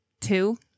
two